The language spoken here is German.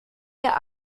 der